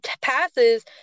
passes